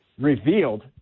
revealed